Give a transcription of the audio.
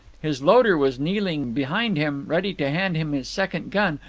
his loader was kneeling behind him ready to hand him his second gun,